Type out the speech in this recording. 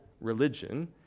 religion